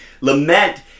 Lament